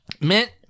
Mint